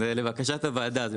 זה לבקשת הוועדה.